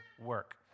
work